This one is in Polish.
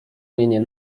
mnie